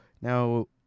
now